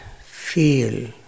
feel